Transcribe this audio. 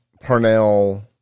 Parnell